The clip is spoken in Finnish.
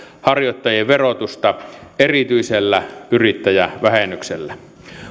harjoittajien verotusta erityisellä yrittäjävähennyksellä